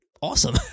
awesome